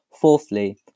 Fourthly